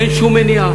אין שום מניעה.